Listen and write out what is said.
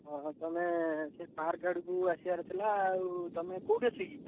ହଁ ହଁ ତମେ ସେ ପାର୍କ ଆଡ଼କୁ ଆସିବାର ଥିଲା ଆଉ ତମେ କେଉଁଠି ଅଛ କି